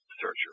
searcher